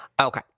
Okay